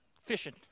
fishing